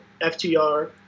FTR